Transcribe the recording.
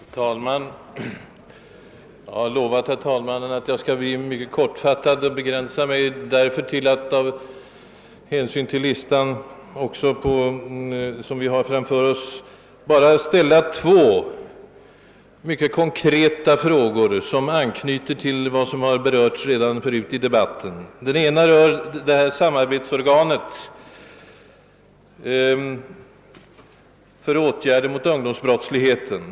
Herr talman! Jag har lovat herr talmannen att bli mycket kortfattad med hänsyn till den omfattande föredragningslista vi har framför oss och begränsar mig därför till att ställa två högst konkreta frågor, som anknyter till vad som redan förut berörts i debatten här i dag. Den ena frågan rör samarbetsorganet för åtgärder mot ungdomsbrottsligheten.